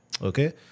Okay